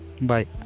Bye